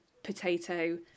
potato